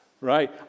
right